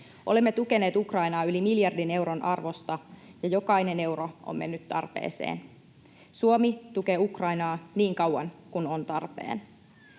Olemme tukeneet Ukrainaa yli miljardin euron arvosta, ja jokainen euro on mennyt tarpeeseen. Suomi tukee Ukrainaa niin kauan kuin on tarpeen.